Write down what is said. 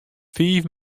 fiif